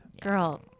Girl